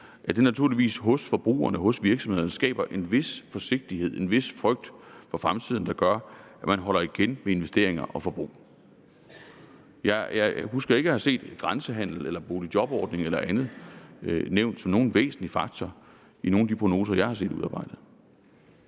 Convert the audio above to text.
det naturligvis hos forbrugerne og hos virksomhederne skaber en vis forsigtighed, en vis frygt for fremtiden, der gør, at man holder igen med investeringer og forbrug. Jeg husker ikke at have set grænsehandelen, boligjobordningen eller andet nævnt som nogen væsentlig faktor, i hvert fald ikke i nogen af de prognoser, jeg har set udarbejdet.